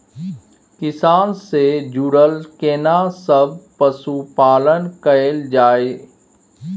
किसान से जुरल केना सब पशुपालन कैल जाय?